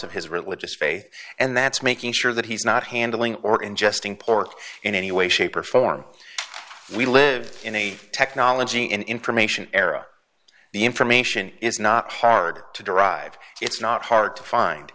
of his religious faith and that's making sure that he's not handling or ingesting pork in any way shape or form we live in a technology in information era the information is not hard to derive it's not hard to find